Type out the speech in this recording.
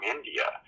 India